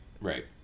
right